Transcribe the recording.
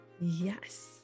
Yes